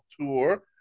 Tour